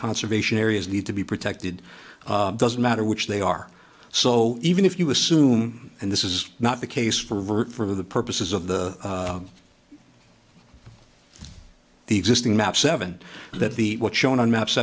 conservation areas need to be protected doesn't matter which they are so even if you assume and this is not the case for the purposes of the the existing map seven that the what's shown on maps